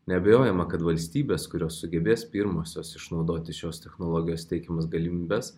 neabejojama kad valstybės kurios sugebės pirmosios išnaudoti šios technologijos teikiamas galimybes